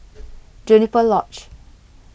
Juniper Lodge